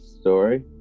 story